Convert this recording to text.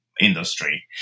industry